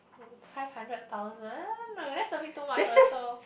five hundred thousand like that's a bit too much also